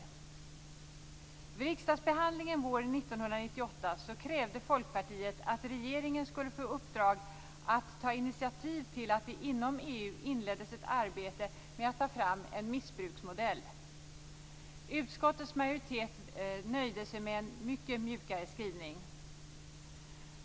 Folkpartiet att regeringen skulle få i uppdrag att ta initiativ till att det inom EU inleddes ett arbete med att ta fram en missbruksmodell. Utskottets majoritet nöjde sig med en mycket mjukare skrivning.